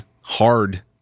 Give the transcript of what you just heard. hard